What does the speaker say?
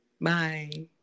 Bye